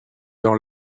dans